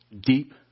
deep